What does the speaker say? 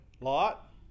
Lot